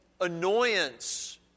annoyance